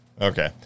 Okay